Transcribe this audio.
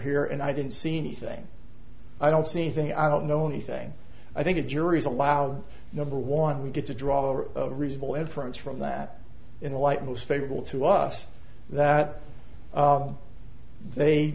here and i didn't see anything i don't see anything i don't know anything i think a jury is allowed number one we get to draw our reasonable inference from that in the light most favorable to us that they